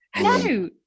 No